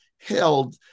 held